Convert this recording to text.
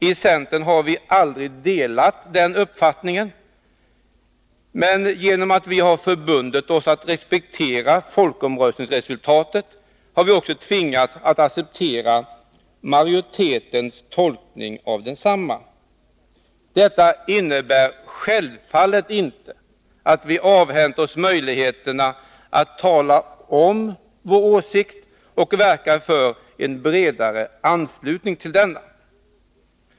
I centern har vi aldrig delat den uppfattningen, men genom att vi förbundit oss att respektera folkomröstningsresultatet har vi också tvingats att acceptera majoritetens tolkning av detsamma. Detta innebär självfallet inte att vi avhänt oss möjligheten att tala om vår åsikt och att verka för en bredare anslutning till denna.